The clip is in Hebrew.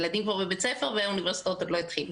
הילדים כבר בבית ספר והאוניברסיטאות עוד לא התחילו.